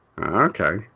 okay